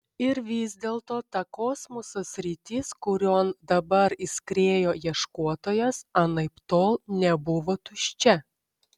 ir vis dėlto ta kosmoso sritis kurion dabar įskriejo ieškotojas anaiptol nebuvo tuščia